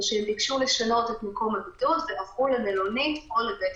הם ביקשו לשנות את מקום הבידוד ועברו למלונית או לבית-חולים.